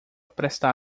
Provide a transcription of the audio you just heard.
prestar